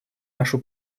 нашу